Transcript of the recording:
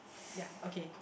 ya okay